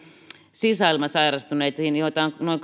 sisäilmasairastuneisiin joita on noin